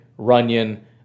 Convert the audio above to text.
Runyon